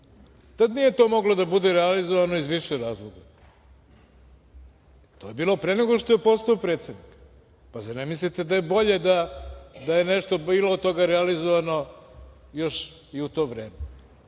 to nije moglo da bude realizovano iz više razloga. To je bilo pre nego što je postao predsednik. Pa, zar ne mislite da je bolje da je nešto bilo od toga realizovano još i u to vreme.A